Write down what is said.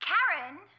Karen